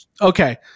Okay